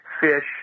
fish